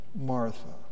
Martha